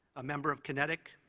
member of kinetic,